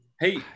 Hey